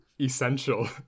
essential